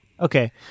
Okay